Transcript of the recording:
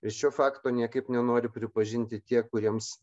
ir šio fakto niekaip nenori pripažinti tie kuriems